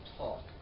talk